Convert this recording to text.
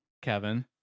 Kevin